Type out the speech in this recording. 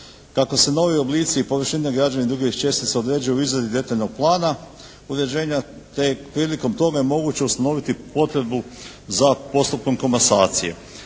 Kako se novi oblici površine građevine i drugih čestica određuju u izradi detaljnog plana uređenja te prilikom toga je moguće ustanoviti potrebnu za postupkom komasacije.